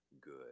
good